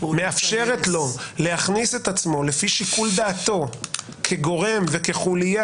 מאפשרת לו להכניס את עצמו לפי שיקול דעתו כגורם וכחוליה